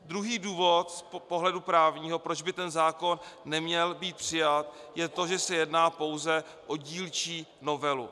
Druhý důvod z pohledu právního, proč by ten zákon neměl být přijat, je to, že se jedná pouze o dílčí novelu.